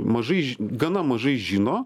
mažai gana mažai žino